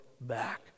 back